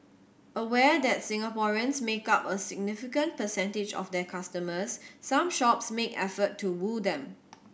aware that Singaporeans make up a significant percentage of their customers some shops make effort to woo them